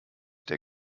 der